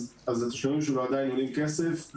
אז התשלומים שלו עדיין עולים כסף.